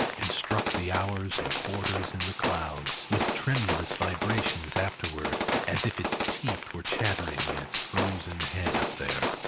and struck the hours and quarters in the clouds, with tremulous vibrations afterwards as if its teeth were chattering in its frozen head up there.